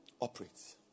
operates